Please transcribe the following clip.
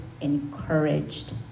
encouraged